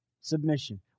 Submission